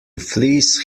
fleece